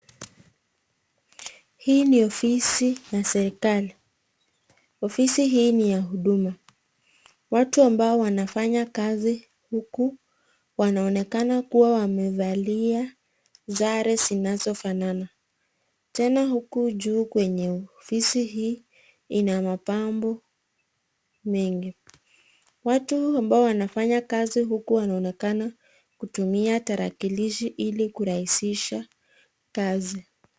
Hii ni ofisi ya serikali, ofisi hii ni ya huduma, watu ambao wanfanya kazi huku wanaonekana kuwa wamevalia sare zinazofanana, tena huku juu kwenye ofisi hii ina mapambo mengi. Watu ambao wanafanya kazi huku wanaonekana kutumia tarakilishi ili kurahisisha kazi.